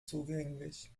zugänglich